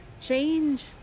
change